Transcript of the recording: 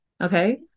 okay